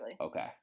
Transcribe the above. Okay